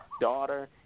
daughter